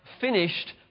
finished